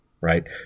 right